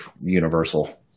universal